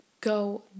go